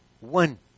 One